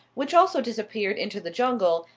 which also disappeared into the jungle,